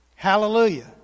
Hallelujah